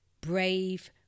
brave